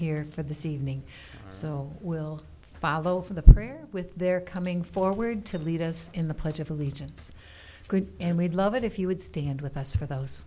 here for the ceiling so we'll follow the prayer with they're coming forward to lead us in the pledge of allegiance and we'd love it if you would stand with us for those